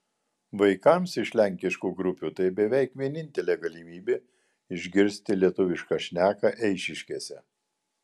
vaikams iš lenkiškų grupių tai beveik vienintelė galimybė išgirsti lietuvišką šneką eišiškėse